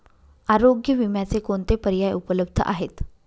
आरोग्य विम्याचे कोणते पर्याय उपलब्ध आहेत?